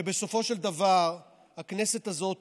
שבסופו של דבר הכנסת הזאת